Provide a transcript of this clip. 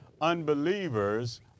unbelievers